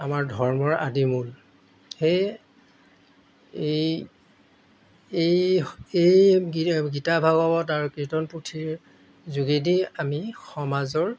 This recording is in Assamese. আমাৰ ধৰ্মৰ আদিমূল সেয়ে এই এই এই গীতা গীতা ভাগৱত আৰু কীৰ্তন পুথিৰ যোগেদি আমি সমাজৰ